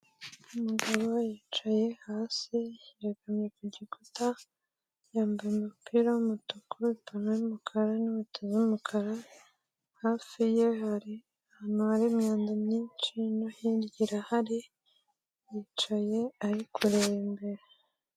Umugabo yicaye hasi yegamye ku gikuta yambaye umupira w'umutuku uratu rw'umukara n'into umukara hafi ye hari ahantu hari imyanda myinshi no hirya irahari yicaye ariyi kureba imbere.